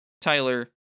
Tyler